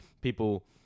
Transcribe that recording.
People